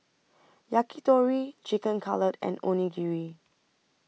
Yakitori Chicken Cutlet and Onigiri